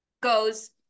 goes